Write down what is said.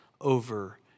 over